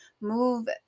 move